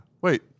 Wait